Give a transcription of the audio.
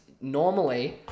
Normally